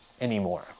anymore